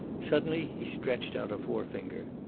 suddenly he stretched out a forefinger.